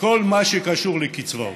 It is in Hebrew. בכל מה שקשור לקצבאות,